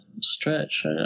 stretch